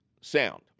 sound